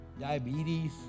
diabetes